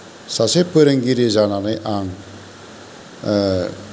सासे फोरोंगिरि जानानै आं